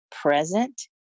present